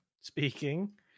speaking